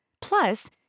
Plus